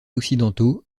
occidentaux